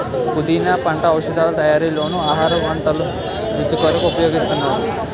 పుదీనా పంట ఔషధాల తయారీలోనూ ఆహార వంటల రుచి కొరకు ఉపయోగిస్తున్నారు